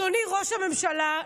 אדוני ראש הממשלה,